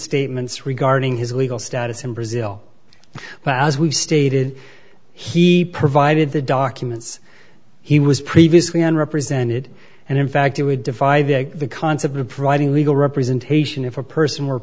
statements regarding his legal status in brazil but as we've stated he provided the documents he was previously on represented and in fact it would defy the concept of providing legal representation if a person were